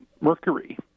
mercury